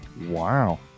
Wow